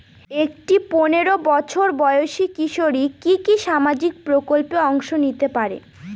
একটি পোনেরো বছর বয়সি কিশোরী কি কি সামাজিক প্রকল্পে অংশ নিতে পারে?